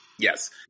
Yes